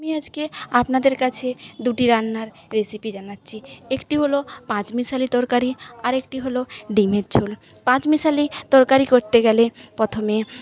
আমি আজকে আপনাদের কাছে দুটি রান্নার রেসিপি জানাচ্ছি একটি হল পাঁচমিশালি তরকারি আরেকটি হল ডিমের ঝোল পাঁচমিশালি তরকারি করতে গেলে পথমে